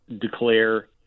declare